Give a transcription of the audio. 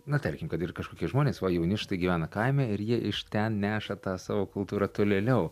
na tarkim kad ir kažkokie žmonės va jauni štai gyvena kaime ir jie iš ten neša tą savo kultūrą tolėliau